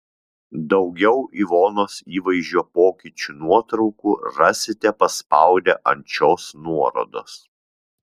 daugiau ivonos įvaizdžio pokyčių nuotraukų rasite paspaudę ant šios nuorodos